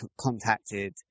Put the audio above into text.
contacted